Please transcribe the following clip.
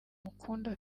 mukunda